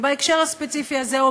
בהקשר הספציפי הזה,